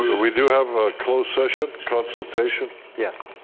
we do have close session consultation. yes.